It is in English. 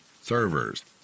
servers